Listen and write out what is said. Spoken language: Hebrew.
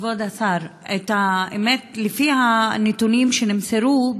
כבוד השר, האמת, לפי הנתונים שנמסרו,